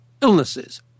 illnesses